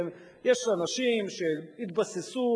יש אנשים שהתבססו,